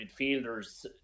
midfielders